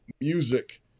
music